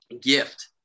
gift